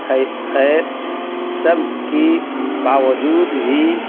خیر خیر سب کی باوجود بھی